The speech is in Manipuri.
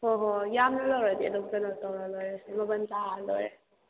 ꯍꯣꯏ ꯍꯣꯏ ꯌꯥꯝꯅ ꯂꯧꯔꯗꯤ ꯑꯗꯨꯝ ꯀꯩꯅꯣ ꯇꯧꯔ ꯂꯣꯏꯔꯦ ꯃꯃꯟ ꯇꯥꯔꯒ ꯂꯣꯏꯔꯦ